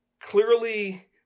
Clearly